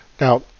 Now